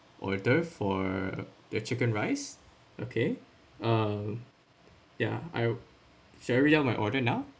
order for the chicken rice okay uh ya I should I read out my order now